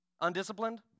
undisciplined